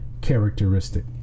characteristic